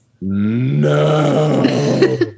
No